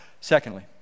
secondly